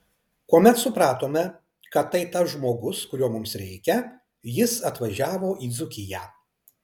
kuomet supratome kad tai tas žmogus kurio mums reikia jis atvažiavo į dzūkiją